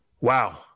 Wow